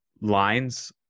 lines